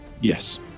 yes